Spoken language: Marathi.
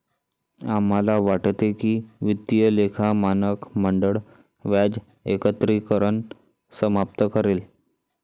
आम्हाला वाटते की वित्तीय लेखा मानक मंडळ व्याज एकत्रीकरण समाप्त करेल